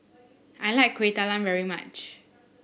I like Kuih Talam very much